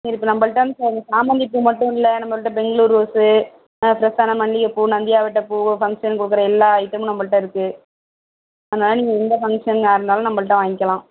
சரி இப்போ நம்பள்கிட்ட சாமந்தி பூ மட்டும் இல்லை நம்மள்கிட்ட பெங்களூர் ரோஸு ஃபிரெஷ்ஷான மல்லிகைப்பூ நந்தியாவட்டை பூ ஃபங்ஷனுக்கு கொடுக்குற எல்லா ஐட்டமும் நம்பள்கிட்ட இருக்கு அதனால் நீங்கள் எந்த ஃபங்ஷனாக இருந்தாலும் நம்பள்ட்ட வாய்ங்கிலாம்